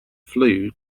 flue